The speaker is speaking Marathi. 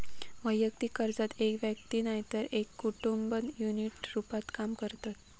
वैयक्तिक कर्जात एक व्यक्ती नायतर एक कुटुंब युनिट रूपात काम करतत